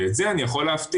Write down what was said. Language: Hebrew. ואת זה אני יכול להבטיח.